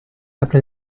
apre